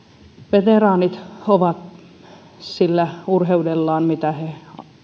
veteraanit ovat sillä urheudellaan mitä he